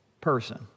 person